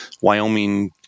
Wyoming